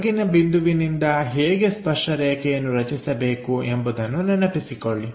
ಹೊರಗಿನ ಬಿಂದುವಿನಿಂದ ಹೇಗೆ ಸ್ಪರ್ಶರೇಖೆಯನ್ನು ರಚಿಸಬೇಕು ಎಂಬುದನ್ನು ನೆನಪಿಸಿಕೊಳ್ಳಿ